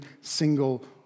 single